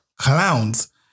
clowns